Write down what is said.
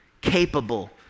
capable